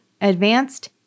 advanced